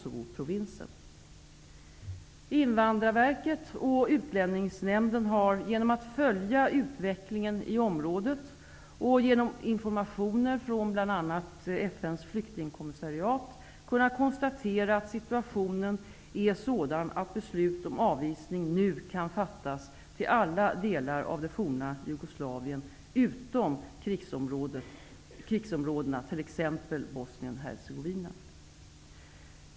Invandrarverket och Utlänningsnämnden har genom att följa utvecklingen i området och genom informationer från bl.a. FN:s flyktingkommissariat kunnat konstatera att situationen är sådan att beslut om avvisning nu kan fattas till alla delar av det forna Jugoslavien utom krigsområdena, t.ex.